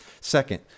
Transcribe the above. Second